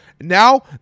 now